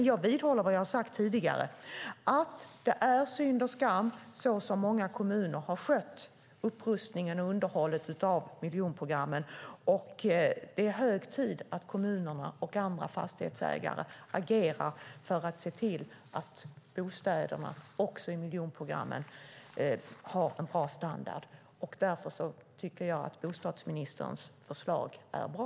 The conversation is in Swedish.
Jag vidhåller vad jag har sagt tidigare: Det är synd och skam så som många kommuner har skött upprustningen och underhållet av miljonprogrammen, och det är hög tid att kommunerna och andra fastighetsägare agerar för att se till att också bostäderna i miljonprogrammen har en bra standard. Därför tycker jag att bostadsministerns förslag är bra.